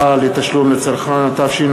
לשבת בבקשה.